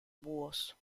búhos